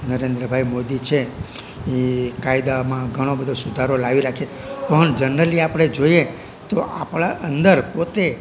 નરેન્દ્રભાઈ મોદી છે એ કાયદામાં ઘણો બધો સુધારો લાવી રાખે પણ જનરલી આપણે જોઈએ તો આપણા અંદર પોતે